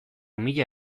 mila